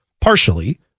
Partially